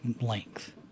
length